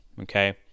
okay